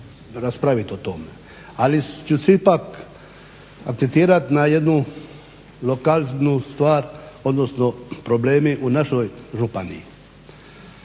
raspraviti o tome. Ali, ću se ipak akceptirati na jednu lokalnu stvar, odnosno problemi u našoj županiji.